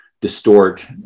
distort